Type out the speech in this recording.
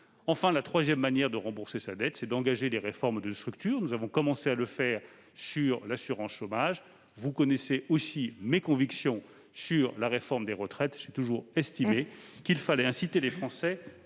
Enfin, la troisième manière de rembourser notre dette, c'est d'engager des réformes de structure. Nous avons commencé à le faire avec la réforme de l'assurance chômage. Vous connaissez également mes convictions concernant la réforme des retraites : j'ai toujours estimé qu'il fallait inciter les Français